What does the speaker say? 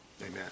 amen